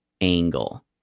angle